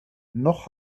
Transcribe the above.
noch